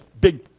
big